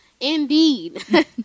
indeed